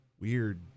weird